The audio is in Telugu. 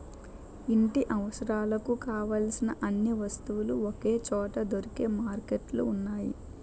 ఇంటి అవసరాలకు కావలసిన అన్ని వస్తువులు ఒకే చోట దొరికే మార్కెట్లు ఉన్నాయి